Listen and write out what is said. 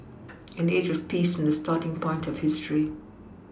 an age of peace from the starting point of history